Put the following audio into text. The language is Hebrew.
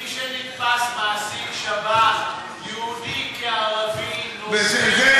מי שנתפס מעסיק שב"ח, יהודי כערבי, נושא באחריות.